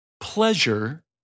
Pleasure